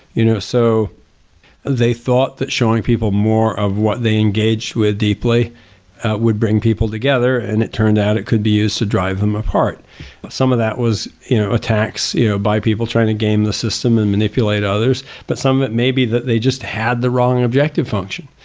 you know, so they thought that showing people more of what they engaged with deeply would bring people together and it turned out it could be used to drive them apart some of that was you know attacks you know by people trying to gain the system and manipulate others. but some maybe, they just had the wrong objective function.